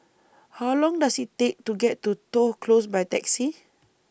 How Long Does IT Take to get to Toh Close By Taxi